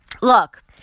Look